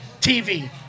TV